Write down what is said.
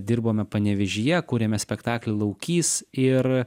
dirbome panevėžyje kūrėme spektaklį laukys ir